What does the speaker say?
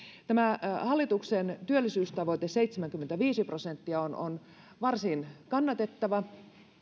tämä hallituksen työllisyystavoite seitsemänkymmentäviisi prosenttia on on varsin kannatettava